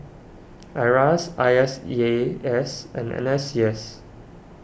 Iras I S E A S and N S C S